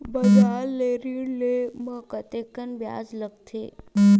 बजार ले ऋण ले म कतेकन ब्याज लगथे?